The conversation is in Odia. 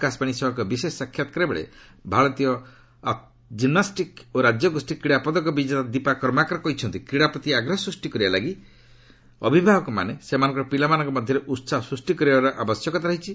ଆକାଶବାଣୀ ସହ ଏକ ବିଶେଷ ସାକ୍ଷାତକାର ବେଳେ ଭାରତୀୟ ଆର୍ଟିଷ୍ଟିକ୍ ଜିମ୍ନାଷ୍ଟିକ୍ ଓ ରାଜ୍ୟଗୋଷ୍ଠୀ କ୍ରୀଡ଼ା ପଦକ ବିଜେତା ଦୀପା କର୍ମାକର କହିଛନ୍ତି କ୍ରୀଡ଼ା ପ୍ରତି ଆଗ୍ରହ ସୂଷ୍ଟି କରିବା ଲାଗି ଅଭିଭାବକମାନେ ସେମାନଙ୍କର ପିଲାମାନଙ୍କ ମଧ୍ୟରେ ଉସାହ ସୃଷ୍ଟି କରିବାର ଆବଶ୍ୟକତା ରହିଛି